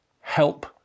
help